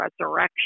resurrection